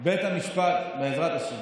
בעזרת השם.